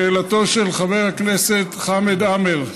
לשאלתו של חבר הכנסת חמד עמאר: